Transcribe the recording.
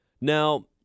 Now